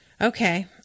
Okay